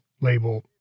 label